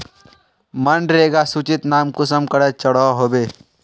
मनरेगा सूचित नाम कुंसम करे चढ़ो होबे?